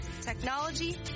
technology